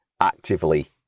actively